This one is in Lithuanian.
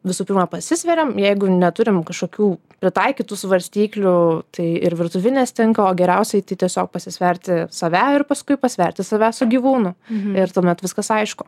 visų pirma pasisveriam jeigu neturim kažkokių pritaikytų svarstyklių tai ir virtuvinės tinka o geriausiai tiesiog pasisverti save ir paskui pasverti save su gyvūnu ir tuomet viskas aišku